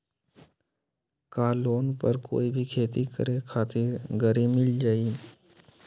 का लोन पर कोई भी खेती करें खातिर गरी मिल जाइ?